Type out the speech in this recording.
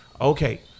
Okay